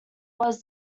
was